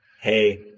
Hey